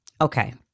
okay